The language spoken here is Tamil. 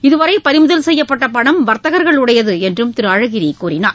இதுவரை பறிமுதல் செய்யப்பட்ட பணம் வர்த்தகர்களுடையது என்றும் திரு அழகிரி கூறினார்